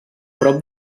prop